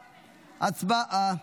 הצבעה.